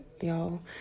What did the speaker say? y'all